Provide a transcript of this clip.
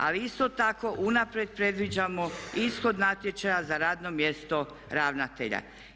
Ali isto tako unaprijed predviđamo ishod natječaja za radno mjesto ravnatelja.